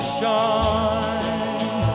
shine